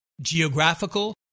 geographical